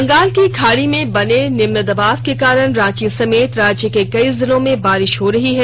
बंगाल की खाड़ी में बने निम्न दबाव के कारण रांची समेत राज्य के कई जिलों में बारिश हो रही है